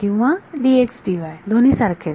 किंवा दोन्ही सारखेच